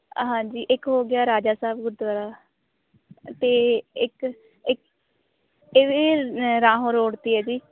ਹਾਂਜੀ ਇੱਕ ਹੋ ਗਿਆ ਰਾਜਾ ਸਾਹਿਬ ਗੁਰਦੁਆਰਾ ਅਤੇ ਇੱਕ ਇੱਕ ਇਹ ਰਾਹੋਂ ਰੋਡ 'ਤੇ ਹੈ ਜੀ